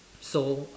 so